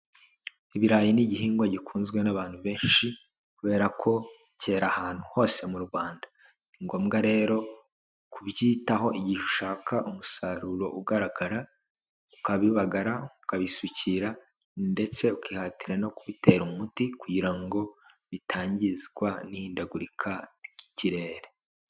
Ibirayi ni igihingwa gikunzwe n'abantu benshi kubera ko kera ahantu hose mu Rwanda, ni ngombwa rero kubyitaho igihe ushaka umusaruro ugaragara, ukabibagara, ukabisukira ndetse ukihatira no kubitera umuti kugira ngo bitangizwa n'ihindagurika ry'ikirere.